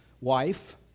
wife